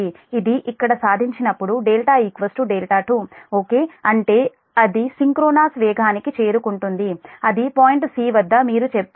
ఇది ఇక్కడ సాధించినప్పుడు δ δ2 ఓకే అంటే అది సింక్రోనస్ వేగానికి చేరుకుంటుంది అది పాయింట్ 'c' వద్ద మీరు చెప్పేది